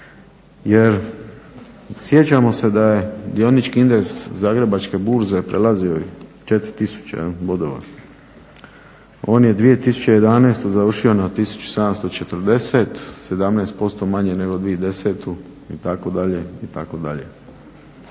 Jer sjećamo da je dionički indeks Zagrebačke burze prelazio 4000 bodova. On je 2011. završio na 1740, 17% manje nego 2010. itd. itd.